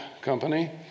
company